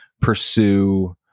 pursue